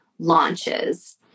launches